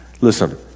Listen